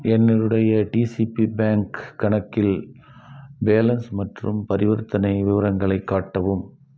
என்னுடைய DCB bank கணக்கில் balance மற்றும் பரிவர்த்தனை விவரங்களை காட்டவும்